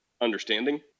understanding